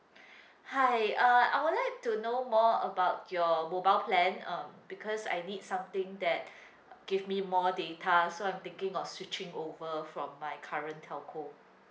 hi uh I would like to know more about your mobile plan uh because I need something that give me more data so I'm thinking of switching over from my current telco